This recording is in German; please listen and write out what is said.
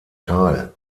teil